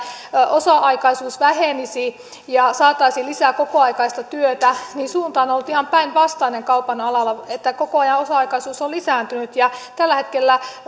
osa aikaisuus vähenisi ja saataisiin lisää kokoaikaista työtä niin suunta on ollut ihan päinvastainen kaupan alalla koko ajan osa aikaisuus on lisääntynyt tällä hetkellä